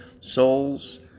souls